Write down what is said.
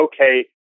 okay